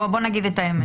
בואו נגיד את האמת.